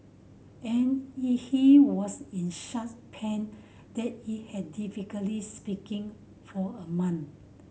and in he was in such pain that he had difficulty speaking for a month